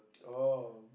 oh